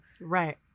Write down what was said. Right